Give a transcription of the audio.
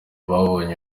babonye